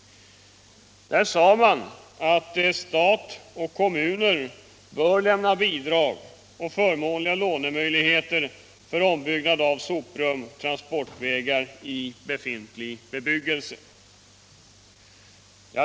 Där sade man att stat och kommuner bör lämna bidrag och förmånliga lånemöjligheter för ombyggnad av soprum och transportvägar i befintlig bebyggelse.